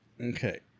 Okay